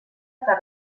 que